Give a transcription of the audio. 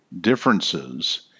differences